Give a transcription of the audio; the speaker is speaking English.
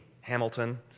Hamilton